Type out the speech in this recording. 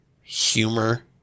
humor